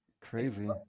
Crazy